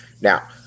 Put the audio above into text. Now